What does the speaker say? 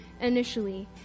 initially